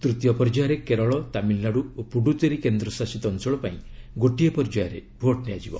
ତ୍ତୀୟ ପର୍ଯ୍ୟାୟରେ କେରଳ ତାମିଲନାଡୁ ଓ ପୁଡୁଚେରୀ କେନ୍ଦ୍ରଶାସିତ ଅଞ୍ଚଳ ପାଇଁ ଗୋଟିଏ ପର୍ଯ୍ୟାୟରେ ଭୋଟ ନିଆଯିବ